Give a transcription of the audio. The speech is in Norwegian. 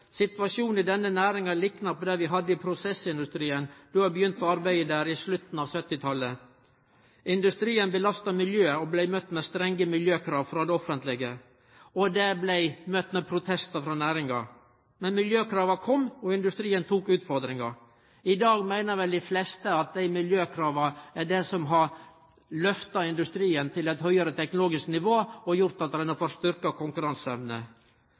Situasjonen i denne næringa liknar på den vi hadde i prosessindustrien då eg begynte å arbeide der på slutten av 1970-talet. Industrien belasta miljøet og blei møtt med strenge miljøkrav frå det offentlege, som blei møtt med protestar frå næringa. Men miljøkrava kom, og industrien tok utfordringa. I dag meiner vel dei fleste at desse miljøkrava er det som har lyfta industrien til eit høgare teknologisk nivå og gjort at ein har fått styrkt konkurranseevne.